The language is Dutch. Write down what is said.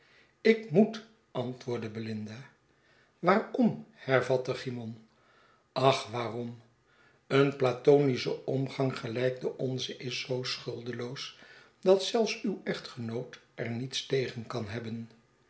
ik moet antwoordde belinda waarom hervatte cymon ach waarom een platonische omgang gelijk de onze is zoo schuldeloos dat zelfs uw echtgenoot er niets tegen kanhebben